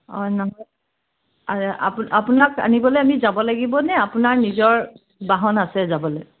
অঁ আপোন আপোনাক আনিবলৈ আমি যাব লাগিব নে আপোনাৰ নিজৰ বাহন আছে যাবলৈ